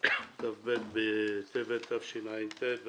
כ"ב בטבת תשע"ט,